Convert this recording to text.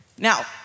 Now